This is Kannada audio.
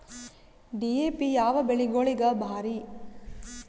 ಡಿ.ಎ.ಪಿ ಯಾವ ಬೆಳಿಗೊಳಿಗ ಭಾರಿ?